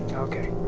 okay.